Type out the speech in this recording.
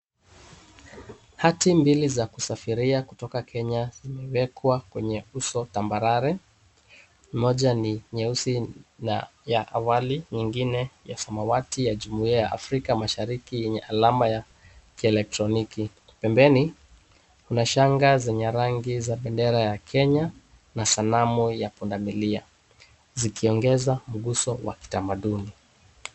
Hati mbili za kusafiria kutoka Kenya huweka kwenye uso tambarare, moja ni nyeusi na ya awali nyingine ya samawati ya jumuia ya afrika mashariki yenye alama ya kielektroniki ,pembeni ,kunashanga zenye rangi za bendera ya Kenya na sanamu ya punda mulia, zikiongeza mguso wa kitamaduni.